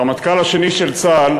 הרמטכ"ל השני של צה"ל,